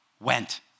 went